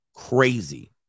crazy